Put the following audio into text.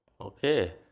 Okay